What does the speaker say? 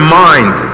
mind